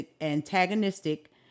antagonistic